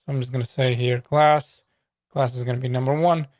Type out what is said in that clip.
i'm just gonna say, here class class is gonna be number one,